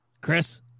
chris